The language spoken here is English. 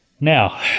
Now